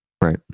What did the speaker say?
Right